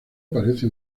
aparece